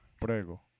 Prego